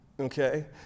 Okay